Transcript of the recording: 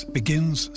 begins